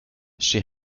she